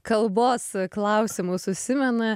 kalbos klausimus užsimena